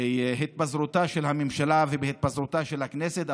בהתפזרותה של הממשלה ובהתפזרותה של הכנסת,